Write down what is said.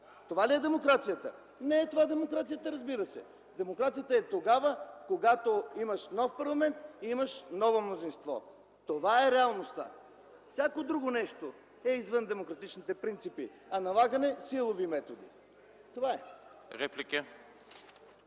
Това ли е демокрацията? Не е това демокрацията, разбира се. Демокрацията е тогава, когато имаш нов парламент и имаш ново мнозинство – това е реалността. Всяко друго нещо е извън демократичните принципи, а налагаме силови методи. Това е.